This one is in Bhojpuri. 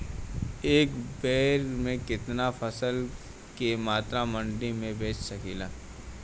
एक बेर में कितना फसल के मात्रा मंडी में बेच सकीला?